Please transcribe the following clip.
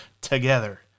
together